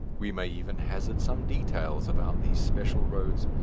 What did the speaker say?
we may even hazard some details about these special roads.